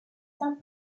saint